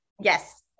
Yes